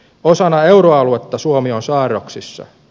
osana euroaluetta suomi on saarroksissa